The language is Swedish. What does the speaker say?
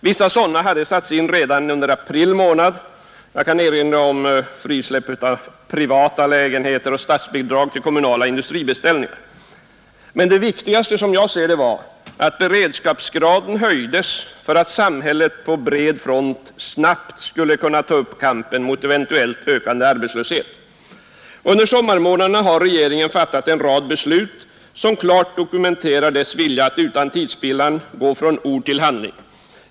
Vissa sådana hade satts in redan under april månad — jag kan erinra om frisläppet av privata lägenheter och statsbidraget till kommunala industribeställningar — men det viktigaste som jag ser det var att beredskapsgraden höjdes för att samhället på bred front snabbt skulle kunna ta upp kampen mot eventuellt ökande arbetslöshet. Under sommarmånaderna har regeringen fattat en rad beslut som klart dokumenterar dess vilja att utan tidsspillan gå från ord till handling.